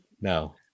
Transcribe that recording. No